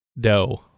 Doe